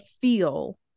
feel